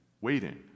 waiting